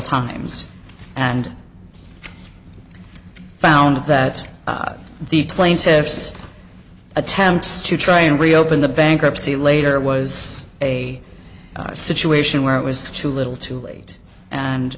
times and found that the plaintiff's attempts to try and reopen the bankruptcy later was a situation where it was too little too late and